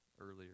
earlier